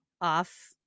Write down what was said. off